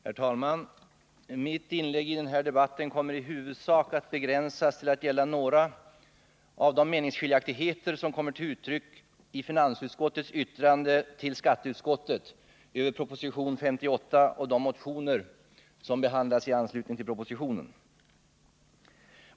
Herr talman! Mitt inlägg i denna debatt kommer i huvudsak att begränsas till att gälla några av de meningsskiljaktigheter som kommer till uttryck i finansutskottets yttrande till skatteutskottet över propositionen 1979/80:58 och de motioner som behandlas i anslutning därtill.